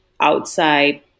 outside